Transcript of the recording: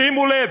שימו לב,